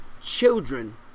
children